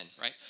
right